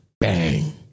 bang